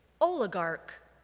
oligarch